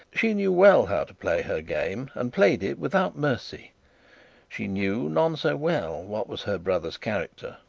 she knew well how to play her game, and played it without mercy she knew, none so well, what was her brother's character,